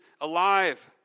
alive